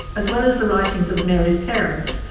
as well as the writings of mary's parents,